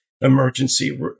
emergency